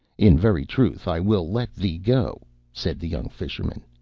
in very truth i will let thee go said the young fisherman.